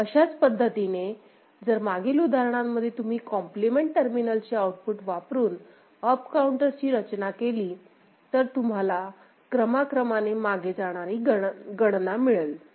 आणि अशाच पद्धतीने जर मागच्या उदाहरणांमधील अप काऊंटरच्या कॉम्प्लिमेंट टर्मिनलचे आउटपुट वापरून रचना केली तर तुम्हाला क्रमाक्रमाने मागे जाणारी गणना मिळेल